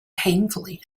painfully